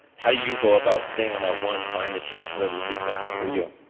how do you go about staying on that one, buying the jets, whatever the case may be for you?